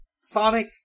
Sonic